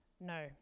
no